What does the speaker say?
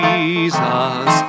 Jesus